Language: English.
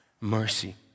mercy